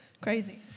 Crazy